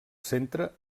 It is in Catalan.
centre